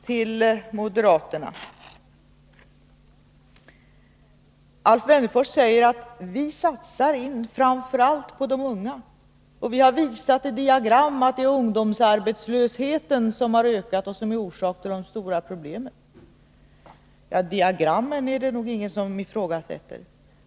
Till moderaterna: Alf Wennerfors säger att moderaterna framför allt satsar på de unga, att de har visat i diagram hur ungdomsarbetslösheten har ökat och att den är orsaken till de stora problemen. Ja, diagrammen är det nog ingen som ifrågasätter.